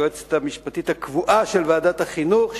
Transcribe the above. היועצת המשפטית הקבועה של ועדת החינוך,